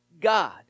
God